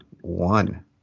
one